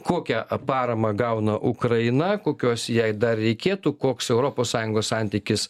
kokią paramą gauna ukraina kokios jai dar reikėtų koks europos sąjungos santykis